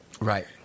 right